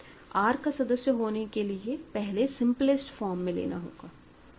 R का सदस्य होने के लिए पहले सिंपलेस्ट फॉर्म में लेना होगा